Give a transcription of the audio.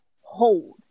hold